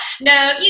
No